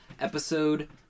episode